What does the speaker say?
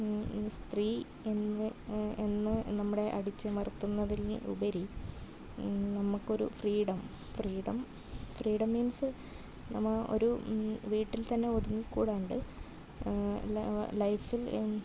സ്ത്രീ എന്ന് എന്ന് നമ്മുടെ അടിച്ചമർത്തുന്നതിന് ഉപരി നമുക്കൊരു ഫ്രീഡം ഫ്രീഡം ഫ്രീഡം മീൻസ് നമ്മൾ ഒരു വീട്ടിൽ തന്നെ ഒതുങ്ങിക്കൂടാണ്ട് ലൈഫിൽ